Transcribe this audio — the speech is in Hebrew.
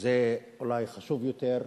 זה אולי חשוב יותר,